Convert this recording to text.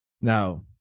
now